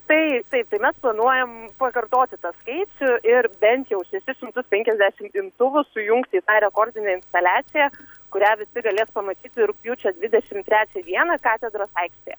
tai taip tai mes planuojam pakartoti tą skaičių ir bent jau šešis šimtus penkiasdešim imtuvų sujungti į tą rekordinę instaliaciją kurią visi galės pamatyti rugpjūčio dvidešim trečią dieną katedros aikštėje